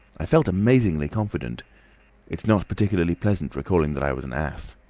i felt amazingly confident it's not particularly pleasant recalling that i was an ass.